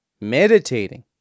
Meditating